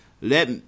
Let